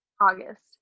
August